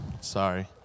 Sorry